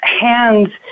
hands